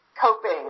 coping